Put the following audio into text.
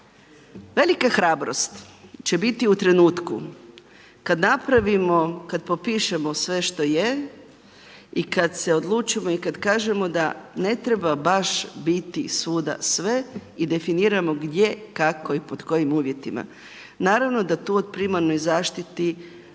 Velika hrabrost će biti u trenutku kada napravimo, kad napravimo, kada popišemo sve što je i kada se odlučimo i kada kažemo da ne treba baš biti svuda sve i definiramo gdje, kako i pod kojim uvjetima. Naravno da tu u primarnoj zaštiti nemamo